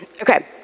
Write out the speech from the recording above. Okay